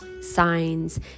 signs